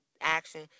action